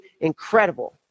incredible